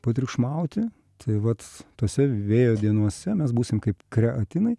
patriukšmauti tai vat tose vėjo dienose mes būsim kaip kreatinai